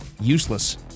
Useless